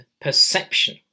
perception